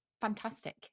fantastic